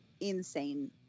insane